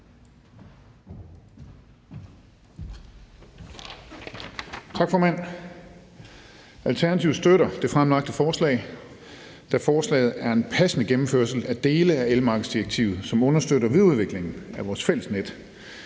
Tak, formand. Alternativet støtter det fremlagte forslag, da forslaget er en passende gennemførelse af dele af elmarkedsdirektivet, som understøtter videreudviklingen af vores fælles elnet,